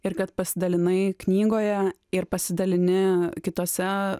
ir kad pasidalinai knygoje ir pasidalini kitose